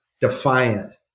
defiant